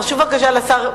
תרשו בבקשה לשר.